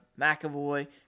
McAvoy